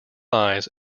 eyes